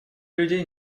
людей